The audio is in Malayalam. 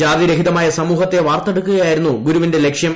ജാതിരഹിതമായ സമൂഹത്തെ വാർത്തെടുക്കുകയായിരുന്നു ഗുരുവിന്റെ ലക്ഷ്യം